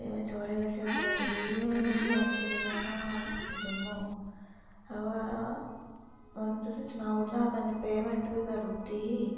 में थुआढ़े कशा कराई ही मिगी रियासी थमां जाना हा जम्मू अबा ओह् तुसेंगी सनाई ओड़े दा हा कन्नै पेमंट बी करी ओड़ी दी ही